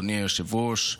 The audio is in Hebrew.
אדוני היושב-ראש,